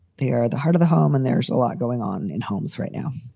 they are the heart of the home. and there's a lot going on in homes right now.